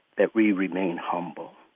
that we remain humble.